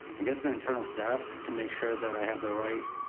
i guess an internal staff to make sure that i have the right